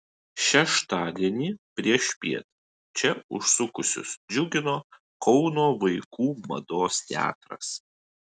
šeštadienį priešpiet čia užsukusius džiugino kauno vaikų mados teatras